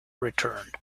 returned